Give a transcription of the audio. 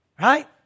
right